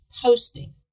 posting